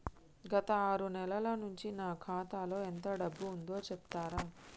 గత ఆరు నెలల నుంచి నా ఖాతా లో ఎంత డబ్బు ఉందో చెప్తరా?